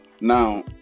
now